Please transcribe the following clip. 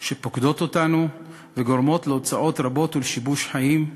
שפוקדות אותנו וגורמות להוצאות רבות ולשיבוש חיים,